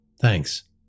Thanks